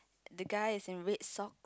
the guy is in red socks